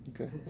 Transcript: Okay